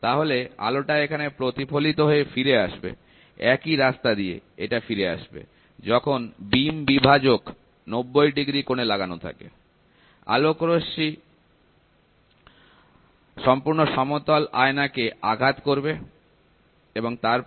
তাহলে আলোটা এখানে প্রতিফলিত হয়ে ফিরে আসবে একই রাস্তা দিয়ে এটা ফিরে আসবে যখন বিম বিভাজক 90 ডিগ্রি কোণে লাগানো থাকে আলোকরশ্মি তাকিয়ে সম্পূর্ণ সমতল আয়নাতে আঘাত করবে এবং তারপর পিছনে ফিরে আসবে